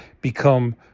become